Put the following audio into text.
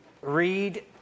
read